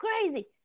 crazy